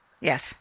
Yes